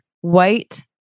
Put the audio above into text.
white